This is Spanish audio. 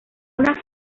una